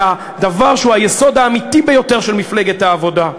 את הדבר שהוא היסוד האמיתי ביותר של מפלגת העבודה,